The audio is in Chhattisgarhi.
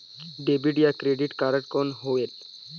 डेबिट या क्रेडिट कारड कौन होएल?